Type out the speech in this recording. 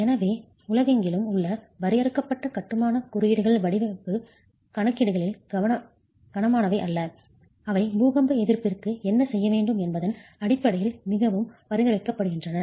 எனவே உலகெங்கிலும் உள்ள வரையறுக்கப்பட்ட கட்டுமானம் குறியீடுகள் வடிவமைப்பு கணக்கீடுகளில் கனமானவை அல்ல அவை பூகம்ப எதிர்ப்பிற்கு என்ன செய்ய வேண்டும் என்பதன் அடிப்படையில் மிகவும் பரிந்துரைக்கப்படுகின்றன